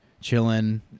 chilling